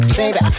baby